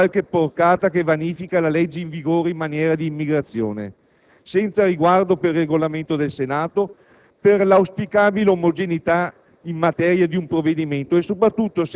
nel quale non si cerchi di infilare qualche porcata che vanifica la legge in vigore in materia di immigrazione, senza riguardo per il Regolamento del Senato, per l'auspicabile omogeneità